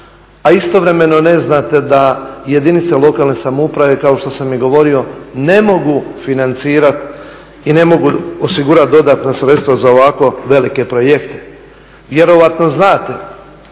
a istovremeno ne znate da jedinice lokalne samouprave, kao što sam i govorio, ne mogu financirati i ne mogu osigurati dodatna sredstva za ovako velike projekte.